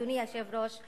אדוני היושב-ראש,